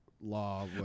law